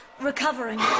recovering